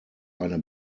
eine